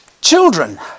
Children